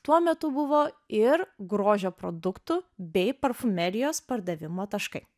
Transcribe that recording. tuo metu buvo ir grožio produktų bei parfumerijos pardavimo taškai